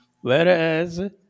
Whereas